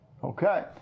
Okay